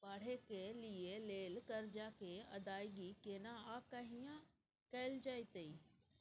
पढै के लिए लेल कर्जा के अदायगी केना आ कहिया कैल जेतै?